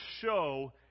show